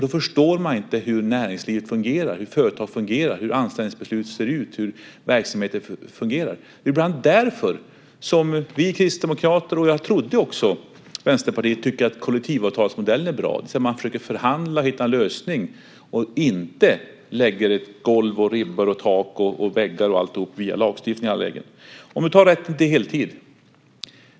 Då förstår man inte hur näringslivet fungerar, hur företag fungerar, hur anställningsbeslut ser ut och hur verksamheter fungerar. Det är bland annat därför som vi kristdemokrater, och jag trodde också Vänsterpartiet, tycker att kollektivavtalsmodellen är bra. Där försöker man förhandla och hitta en lösning och lägger inte golv, ribbor, tak och väggar via en lagstiftning. Låt oss ta rätten till heltid.